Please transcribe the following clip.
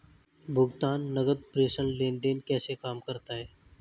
भुगतान नकद प्रेषण लेनदेन कैसे काम करता है?